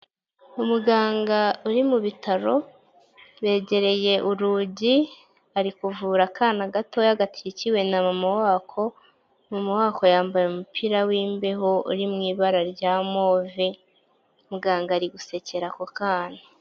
Umuganga uri mu bitaro begereye urugi ari kuvura akana gatoya gakikiwe na mama wako mumuhako yambaye umupira w'imbeho uri m'ibara rya move muganga ari gusekera ako kana.